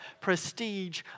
prestige